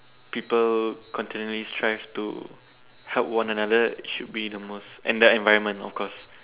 people continually strive to help one another should be the most and the environment of course